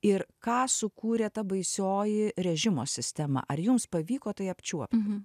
ir ką sukūrė ta baisioji režimo sistema ar jums pavyko tai apčiuopti